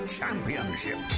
Championship